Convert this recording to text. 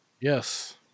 Yes